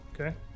Okay